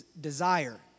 desire